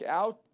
out